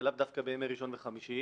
זה לאו דווקא בימי ראשון וחמישי,